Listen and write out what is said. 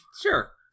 Sure